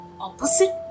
Opposite